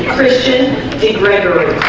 christian gregory